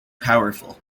powerful